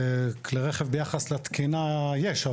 כלי רכב ביחס לתקינה יש,